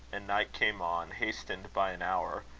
and night came on, hastened by an hour,